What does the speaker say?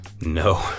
No